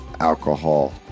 alcohol